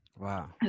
wow